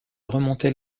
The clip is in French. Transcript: remonter